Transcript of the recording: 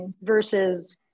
versus